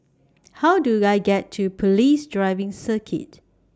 How Do I get to Police Driving Circuit